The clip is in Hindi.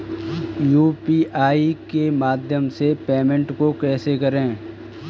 यू.पी.आई के माध्यम से पेमेंट को कैसे करें?